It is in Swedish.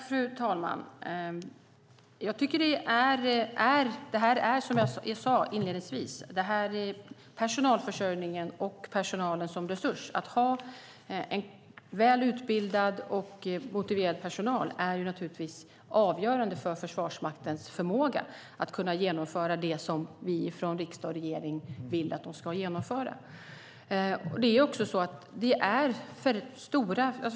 Fru talman! Som jag sade inledningsvis handlar det om personalförsörjningen och personalen som resurs. Att ha en väl utbildad och motiverad personal är avgörande för Försvarsmaktens förmåga att genomföra det som vi från riksdag och regering vill att den ska genomföra.